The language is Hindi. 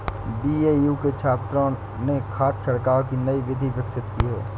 बी.ए.यू के छात्रों ने खाद छिड़काव की नई विधि विकसित की है